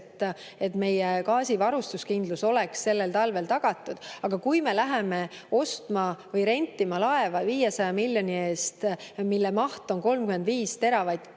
et meie gaasivarustuskindlus oleks sellel talvel tagatud. Aga kui me läheme ostma või rentima laeva 500 miljoni eest, mille maht on 35 teravatti,